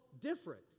different